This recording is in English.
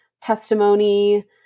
testimony